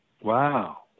Wow